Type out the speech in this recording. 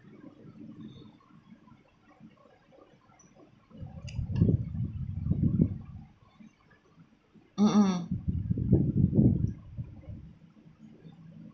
mm mm